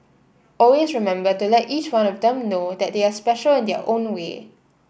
always remember to let each one of them know that they are special in their own way